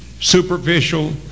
superficial